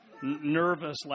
Nervous